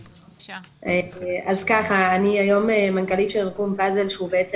אני היום מנכ"לית של ארגון פאזל שהוא בעצם